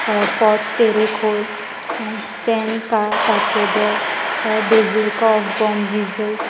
fort Terekhol saint का cathedral basilica of Bom Jesus